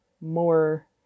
more